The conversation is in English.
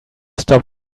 stop